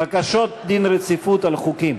בקשות דין רציפות על חוקים,